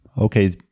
Okay